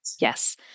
Yes